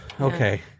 Okay